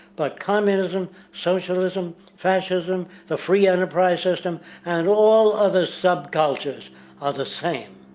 but communism, socialism, facism, the free enterprise-system and all other sub-cultures are the same.